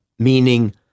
meaning